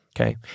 Okay